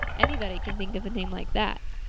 anybody can think of a name like that.